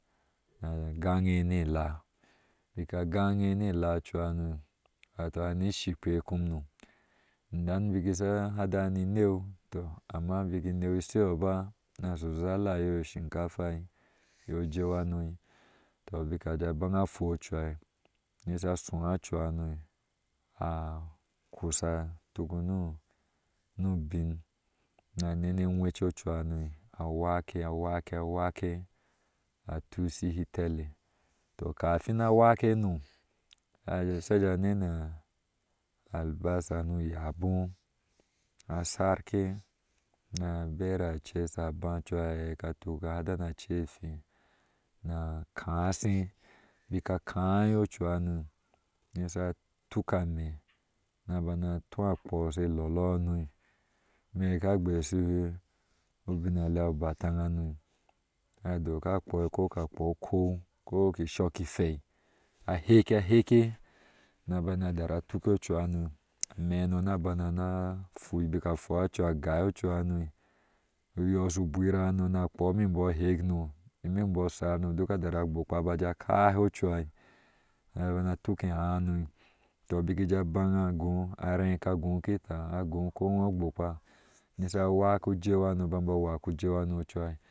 Na a lea bik a na alea ocuhuno wato ane sihikpihe komno indan bana sha hada ni neu tɔ amma bik ine i sheyɔɔ bana shu zala aye ushikafa ije ujeu hano tɔ bnk a je a ba an a fu o cuha nisha ashua nabana kutuk nu bio na anani awece cuhu cee awake. awake a tushi itele tɔ kafin awake no asea jee a nene albassa nu yaɔɔ asanke an bai a cesa ba ceha ava tuk ahadatia cei ifi na kase bik a kai kehuro nisha ahuka ameh na bana tu akpu she lolohano me eye ka unbin alea obataŋ hano na dok ka ga akpo ukow kogi ishokifew na heke na sana tara tuke cuha no ameh hano na bana na na fua ocuha a gaa ocuuhano uyɔɔ shu gwira hano na akpo me bɔɔ sha hekno ni mebɔɔ sha. sharno dok a tara a gbokna de akahe cuha na. bana tuk assh no bɔɔ bne aje abaan agoo arela kita a goo kowe gbopa nishe wake ba imbɔɔsha wake ujue bano ba imbɔɔ sha waku je hana